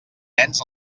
nens